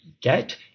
get